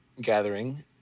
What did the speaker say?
gathering